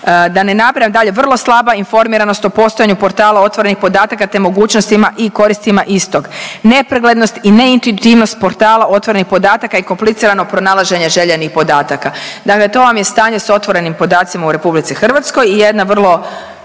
Da ne nabrajam dalje vrlo slaba informiranost o postojanju portala otvorenih podataka, te mogućnostima i koristima istog, nepreglednost i neintuitivnost portala otvorenih podataka i kompliciranog pronalaženja željenih podataka. Dakle, to vam je stanje sa otvorenim podacima u RH. I jedna vrlo